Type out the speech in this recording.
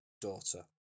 daughter